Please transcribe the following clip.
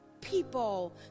people